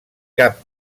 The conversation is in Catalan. cap